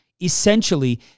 essentially